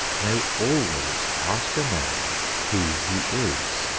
may always asks a man who he is.